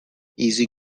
easy